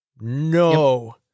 no